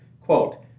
Quote